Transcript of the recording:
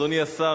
אדוני השר,